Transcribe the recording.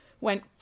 went